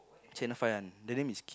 channel five one the name is